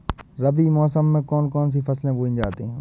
रबी मौसम में कौन कौन सी फसलें बोई जाती हैं?